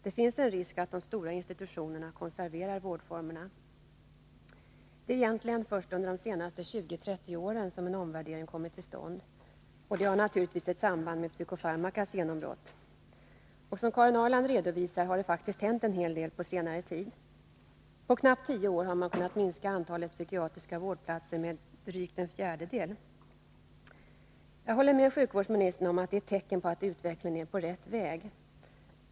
Det finns en risk att de stora institutionerna konserverar vårdformerna. Det är egentligen först under de senaste 20-30 åren som en omvärdering har kommit till stånd. Det har naturligtvis ett samband med psykofarmakas genombrott. Och som Karin Ahrland redovisar har det faktiskt hänt en hel del på senare tid. På knappt tio år har man kunnat minska antalet psykiatriska vårdplatser med drygt en fjärdedel. 103 att minska behovet av sluten psykiatrisk vård Jag håller med sjukvårdsministern om att det är ett tecken på att utvecklingen är på rätt väg.